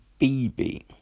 BB